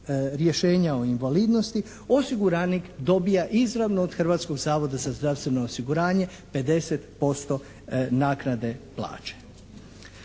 rješenja o invalidnosti osiguranik dobija izravno od Hrvatskog zavoda za zdravstveno osiguranje 50% naknade plaće.